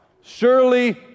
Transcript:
surely